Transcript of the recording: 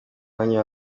mwanya